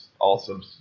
awesome